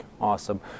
Awesome